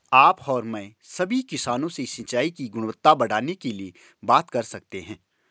आप और मैं सभी किसानों से सिंचाई की गुणवत्ता बढ़ाने के लिए बात कर सकते हैं